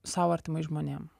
sau artimais žmonėm